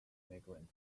migrant